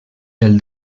del